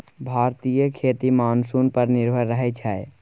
भारतीय खेती मानसून पर निर्भर रहइ छै